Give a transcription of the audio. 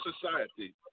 society